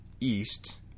east